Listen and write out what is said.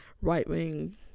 right-wing